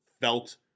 felt